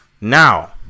Now